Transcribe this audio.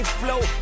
flow